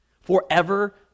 Forever